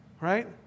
Right